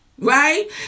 Right